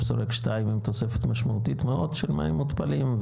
שורק 2 עם תוספת משמעותית מאוד של מים מותפלים,